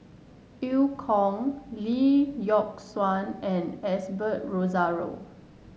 Eu Kong Lee Yock Suan and Osbert Rozario